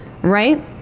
Right